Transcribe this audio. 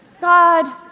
God